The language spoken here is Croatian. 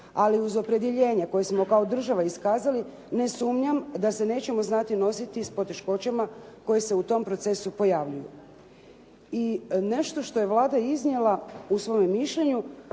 ali uz opredjeljenje koje smo kao država iskazali ne sumnjam da se nećemo znati nositi s poteškoćama koje se u tom procesu pojavljuju. I nešto što je Vlada iznijela u svojem mišljenju,